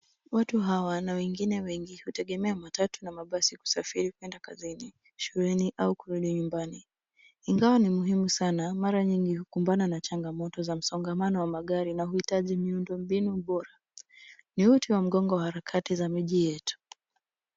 Watu hawa na wengine wengi hutegemea matatu na mabasi kusafiri kuenda kazini, shuleni au kurudi nyumbani. Ingawa ni muhimu sana, mara nyingi hukumbana na changamoto za msongamano wa magari na huhitaji miundo mbinu bora. Ni uti wa mgongo wa harakati za miji yetu.